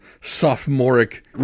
sophomoric